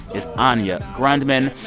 is anya grundmann.